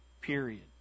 period